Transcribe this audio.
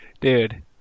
Dude